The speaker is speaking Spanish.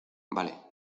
vale